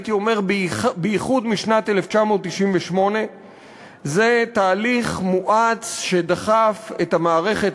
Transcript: הייתי אומר בייחוד משנת 1998. זה תהליך מואץ שדחף את המערכת,